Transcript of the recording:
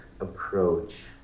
approach